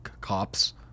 cops